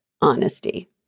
honesty